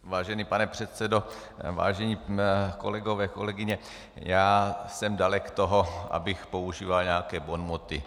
Vážený pane předsedo, vážení kolegové, kolegyně, já jsem dalek toho, abych používal nějaké bonmoty.